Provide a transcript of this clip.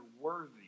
worthy